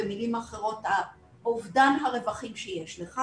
במילים אחרות אובדן הרווחים שיש לך,